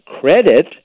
credit